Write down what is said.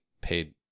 paid